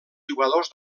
jugadors